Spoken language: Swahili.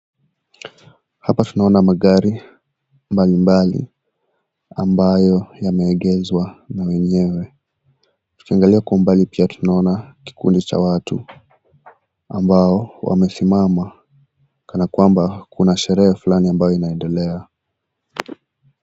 Hapa tunaona magari mbali mbali, ambayo yameegezwa na wenyewe. Tunaangalia kwa umbali pia tunaona kikundi cha watu, ambao wamesimama kana kwamba kuna sherehe fulani ambayo inaendelea.